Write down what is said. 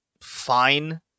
fine